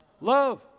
love